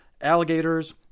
alligators